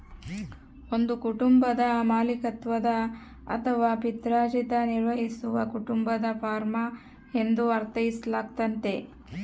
ಒಂದು ಕುಟುಂಬದ ಮಾಲೀಕತ್ವದ ಅಥವಾ ಪಿತ್ರಾರ್ಜಿತ ನಿರ್ವಹಿಸುವ ಕುಟುಂಬದ ಫಾರ್ಮ ಎಂದು ಅರ್ಥೈಸಲಾಗ್ತತೆ